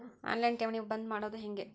On line ಠೇವಣಿ ಬಂದ್ ಮಾಡೋದು ಹೆಂಗೆ?